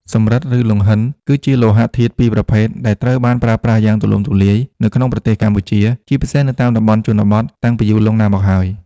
សំរឹទ្ធ ឬ លង្ហិនគឺជាលោហៈធាតុពីរប្រភេទដែលត្រូវបានប្រើប្រាស់យ៉ាងទូលំទូលាយនៅក្នុងប្រទេសកម្ពុជា ជាពិសេសនៅតាមតំបន់ជនបទ តាំងពីយូរលង់ណាស់មកហើយ។